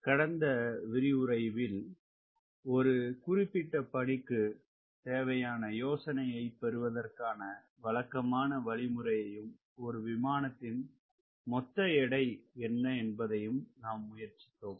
கடந்த விரிவுரையில் ஒரு குறிப்பிட்ட பணிக்கு தேவையான யோசனையை பெறுவதற்கான வழக்கமான வழிமுறையையும் ஒரு விமானத்தின் மொத்த எடை என்ன என்பதையும் நாம் முயற்சித்தோம்